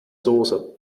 soße